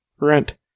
rent